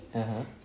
(uh huh)